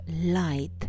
Light